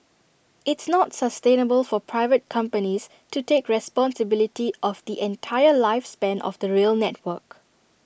it's not sustainable for private companies to take responsibility of the entire lifespan of the rail network